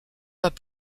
pas